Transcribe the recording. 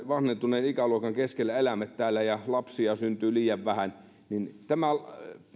vanhentuneen ikäluokan keskellä elämme täällä ja lapsia syntyy liian vähän niin tämän